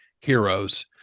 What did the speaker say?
heroes